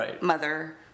mother